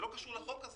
זה לא קשור לחוק הזה.